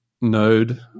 node